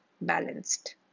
balanced